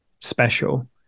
special